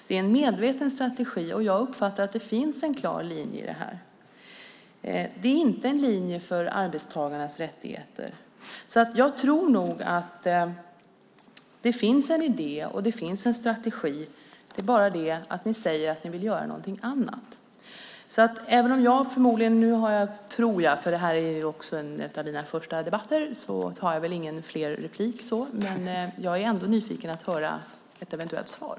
Det är en medveten strategi, och jag uppfattar att det finns en klar linje i detta. Det är inte en linje för arbetstagarnas rättigheter. Jag tror att det finns en idé och en strategi, men ni säger att ni vill göra något annat. Det här är en av mina första debatter, och jag tror inte att jag har rätt till fler inlägg. Jag är ändå nyfiken på att få höra ett eventuellt svar.